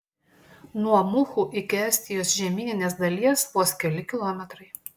nuo muhu iki estijos žemyninės dalies vos keli kilometrai